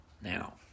Now